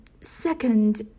Second